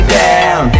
down